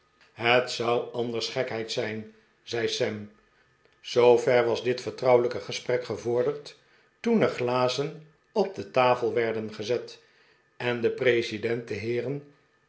het zou anders gekheid zijn zei sam zoover was dit vertrouwelijke gesprek gevorderd toen er glazen op de tafel werden gezet en de president de heeren